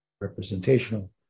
Representational